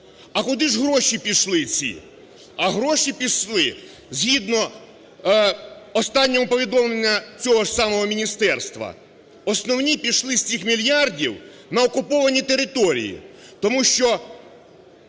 А куди ж гроші пішли ці? А гроші пішли згідно останнього повідомлення цього ж самого міністерства, основні пішли з цих мільярдів на окуповані території,